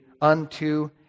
unto